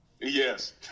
Yes